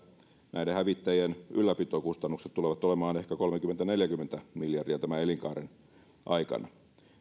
näiden hävittäjien ylläpitokustannukset tulevat olemaan ehkä kolmekymmentä viiva neljäkymmentä miljardia niiden elinkaaren aikana